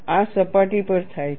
આ સપાટી પર થાય છે